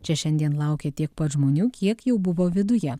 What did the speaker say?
čia šiandien laukė tiek pat žmonių kiek jau buvo viduje